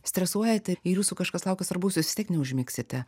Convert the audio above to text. stresuojate ir jūsų kažkas laukia svarbaus jūs vis tiek neužmigsite